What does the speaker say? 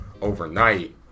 overnight